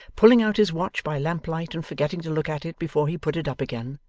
pulling out his watch by lamp-light and forgetting to look at it before he put it up again,